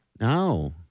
No